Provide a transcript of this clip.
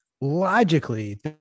logically